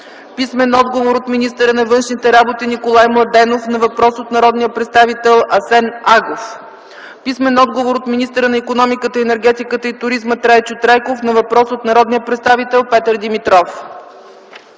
Писмен отговор от министъра на външните работи Николай Младенов на въпрос от народния представител Асен Агов. Писмен отговор от министъра на икономиката, енергетиката и туризма Трайчо Трайков на въпрос от народния представител Петър Димитров.